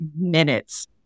minutes